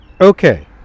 Okay